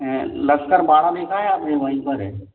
लश्कर बारह में का है और वहीं पर है